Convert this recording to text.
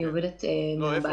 אני עובדת מהבית.